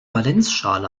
valenzschale